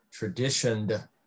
traditioned